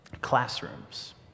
classrooms